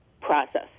process